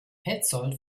petzold